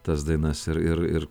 tas dainas ir ir ir